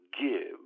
give